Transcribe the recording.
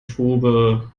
tube